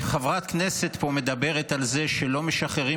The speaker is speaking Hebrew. חברת הכנסת מדברת פה על זה שלא משחררים